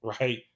right